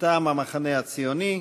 מטעם המחנה הציוני.